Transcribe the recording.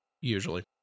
Usually